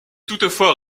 toutefois